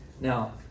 Now